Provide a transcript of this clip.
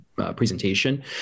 presentation